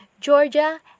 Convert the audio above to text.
Georgia